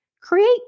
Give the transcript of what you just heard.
Create